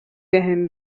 بهم